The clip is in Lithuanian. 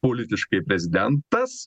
politiškai prezidentas